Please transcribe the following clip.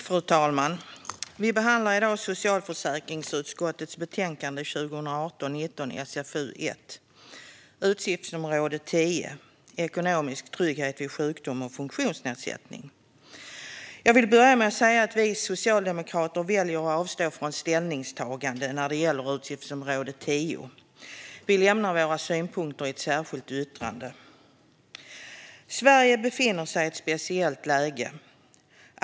Fru talman! Vi behandlar i dag socialförsäkringsutskottets betänkande 2018/19:SfU1 Utgiftsområde 10 Ekonomisk trygghet vid sjukdom och funktionsnedsättning . Ekonomisk trygghet vid sjukdom och funktions-nedsättning Jag vill börja med att säga att vi socialdemokrater väljer att avstå från ställningstagande när det gäller utgiftsområde 10. Vi lämnar våra synpunkter i ett särskilt yttrande. Sverige befinner sig i ett speciellt läge.